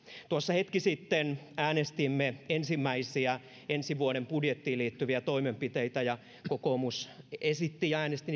tuossa hetki sitten äänestimme ensimmäisiä ensi vuoden budjettiin liittyviä toimenpiteitä ja kokoomus esitti ja äänesti